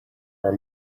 are